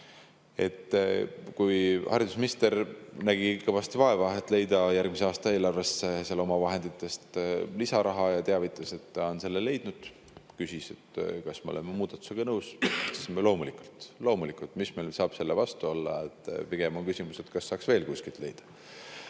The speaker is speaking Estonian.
oli. Haridusminister nägi kõvasti vaeva, et leida järgmise aasta eelarvesse omavahenditest lisaraha, ja teavitas, et ta on selle leidnud. Ta küsis, kas me oleme muudatusega nõus. Vastasime, et loomulikult, mis meil saab selle vastu olla. Pigem on küsimus, kas saaks [lisaraha] veel kuskilt leida.